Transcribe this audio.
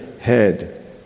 head